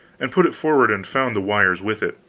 and put it forward and found the wires with it.